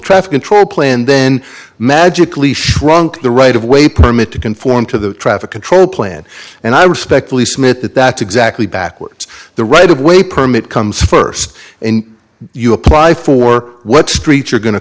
traffic control plan then magically shrunk the right of way permit to conform to the traffic control plan and i respectfully submit that that's exactly backwards the right of way permit comes first and you apply for what street you're go